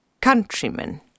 countrymen